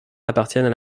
appartiennent